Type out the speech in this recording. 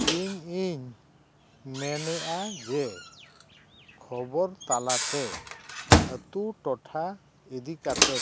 ᱤᱧᱼᱤᱧ ᱢᱮᱱᱮᱜᱼᱟ ᱡᱮ ᱠᱷᱚᱵᱚᱨ ᱛᱟᱞᱟᱛᱮ ᱟᱛᱳ ᱴᱚᱴᱷᱟ ᱤᱫᱤ ᱠᱟᱛᱮᱫ